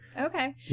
Okay